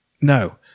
No